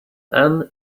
ann